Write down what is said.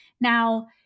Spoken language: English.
Now